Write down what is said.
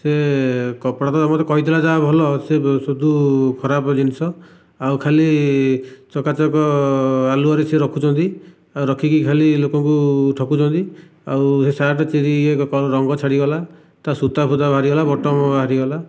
ସେ କପଡ଼ା ତ ମୋତେ ଯାହା କହିଥିଲା ଭଲ ସେ ସୁଦୁ ଖରାପ ଜିନିଷ ଆଉ ଖାଲି ଚକାଚକ ଆଲୁଅରେ ସେ ରଖୁଛନ୍ତି ରଖିକି ଖାଲି ଲୋକଙ୍କୁ ଠକୁଛନ୍ତି ଆଉ ସେ ସାର୍ଟ ଚିରି ରଙ୍ଗ ଛାଡ଼ିଗଲା ତା ସୂତା ଫୁତା ଭାରି ଗଲା ବଟନ ବାହାରି ଗଲା